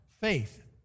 faith